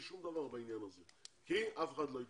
שום דבר בעניין הזה כי אף אחד לא התלונן.